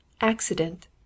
Accident